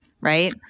right